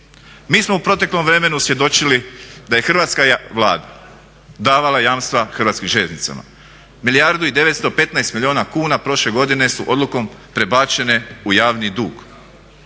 Mi smo u proteklom vremenu svjedočili da je hrvatska Vlada davala jamstva HŽ-u, milijardu i 915 milijuna kuna prošle godine su odlukom prebačene u javni dug.